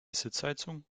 sitzheizung